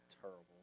terrible